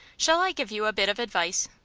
shall i give you a bit of advice?